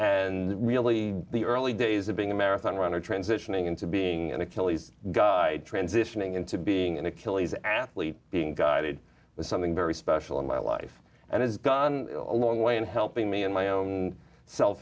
and really the early days of being a marathon runner transitioning into being an achilles guide transitioning into being an achilles athlete being guided was something very special in my life and has gone a long way in helping me and my own self